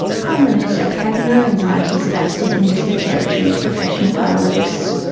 coleman herself had no anxieties about stepping into the territory of professional biologists.